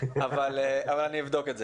אבל אני אבדוק את זה.